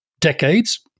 decades